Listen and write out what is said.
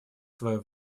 свою